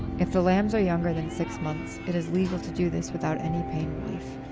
if the lambs are younger than six months, it is legal to do this without any pain relief.